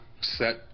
set